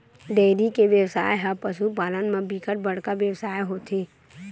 dairy के बेवसाय ह पसु पालन म बिकट बड़का बेवसाय होथे